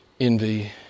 envy